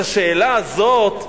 את השאלה הזאת,